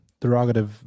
derogative